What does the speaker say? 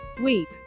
weep